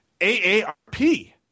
AARP